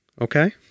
okay